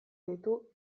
ditu